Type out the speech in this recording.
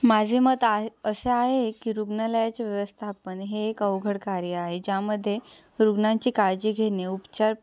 माझे मत आ असे आहे की रुग्णालयाचे व्यवस्थापन हे एक अवघड कार्य आहे ज्यामध्ये रुग्णांची काळजी घेणे उपचार